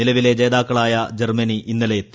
നിലവിലെ ജേതാക്കളായ ജർമ്മനി ഇന്നലെ എത്തി